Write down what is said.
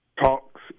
talks